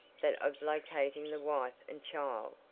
that of locating the wife and child,